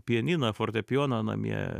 pianiną fortepijoną namie